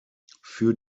für